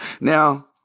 Now